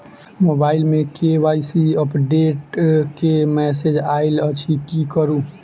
Mobile मे KYC update केँ message आइल अछि की करू?